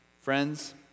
Friends